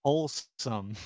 Wholesome